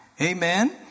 Amen